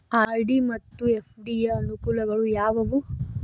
RD ಮತ್ತು FD ಯ ಅನುಕೂಲಗಳು ಯಾವವು?